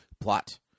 Plot